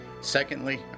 Secondly